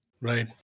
Right